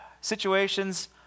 situations